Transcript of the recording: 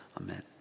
Amen